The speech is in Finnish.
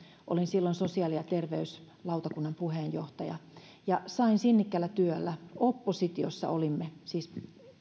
olin silloin sosiaali ja terveyslautakunnan puheenjohtaja ja sain silloin sinnikkäällä työllä oppositiossa olimme siis